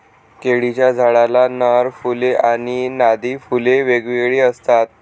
केळीच्या झाडाला नर फुले आणि मादी फुले वेगवेगळी असतात